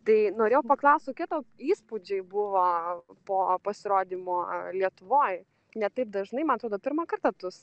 tai norėjau paklaust kokie tau įspūdžiai buvo po pasirodymo lietuvoj ne taip dažnai man atrodo pirmą kartą tu